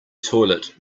toilet